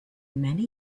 many